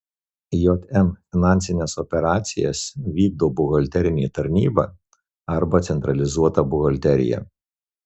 jm finansines operacijas vykdo buhalterinė tarnyba arba centralizuota buhalterija